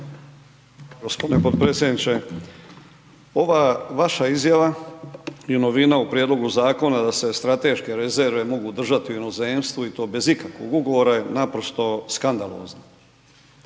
G. potpredsjedniče. Ova vaša izjava je novina u prijedlogu zakona da se strateške rezerve mogu držati u inozemstvu i to bez ikakvog ugovora je naprosto skandalozno.